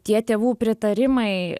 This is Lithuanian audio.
tie tėvų pritarimai